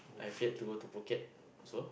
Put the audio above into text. I failed to go to Phuket so